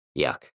Yuck